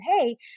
hey